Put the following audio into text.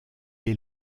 est